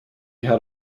had